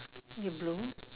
you blue